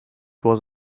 was